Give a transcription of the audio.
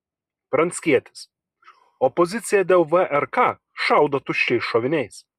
pranckietis opozicija dėl vrk šaudo tuščiais šoviniais